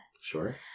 Sure